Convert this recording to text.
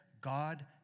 God